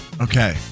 Okay